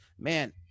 man